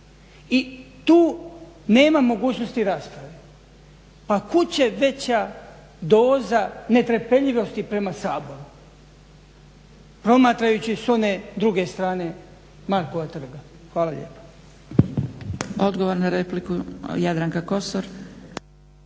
I tu nema mogućnosti rasprave. Pa kud će veća doza netrpeljivosti prema Saboru promatrajući s one druge strane Markova trga. Hvala lijepa.